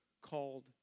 called